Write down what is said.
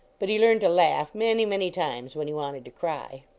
but he learned to laugh, many, many times when he wanted to cry.